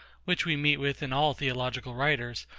which we meet with in all theological writers,